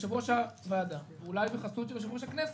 שיושב-ראש הוועדה, אולי בחסות יושב-ראש הכנסת,